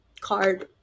card